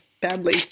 badly